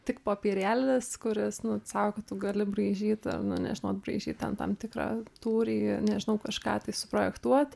tik popierėlis kuris nu sako tu gali braižyt nu nežinau braižyt ten tam tikrą tūrį nežinau kažką tai suprojektuot